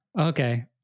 Okay